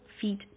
feet